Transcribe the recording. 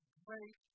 great